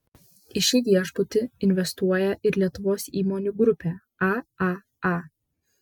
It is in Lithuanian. į šį viešbutį investuoja ir lietuvos įmonių grupė aaa